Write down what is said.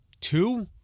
two